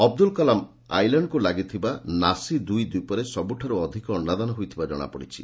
ଅବୁଦୁଲ କଲାମ ଆଇଲାଣ୍ଡକୁ ଲାଗିଥିବା ନାସି ଦୁଇ ଦ୍ୱୀପରେ ସବୁଠାରୁ ଅଧିକ ଅଶ୍ତାଦାନ ହୋଇଥିବା ଜଶାପଡିଛି